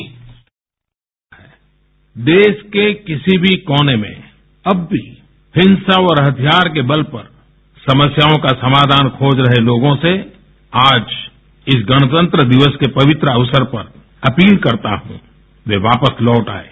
bite देश के किसी भी कोने में अब भी हिंसा और हथियार के बल पर समस्याओं के समाधान खोज रहे लोगों से आज इस गणतंत्र दिवस के पवित्र अवसर पर अपील करता हूँ कि वे वापस लौट आये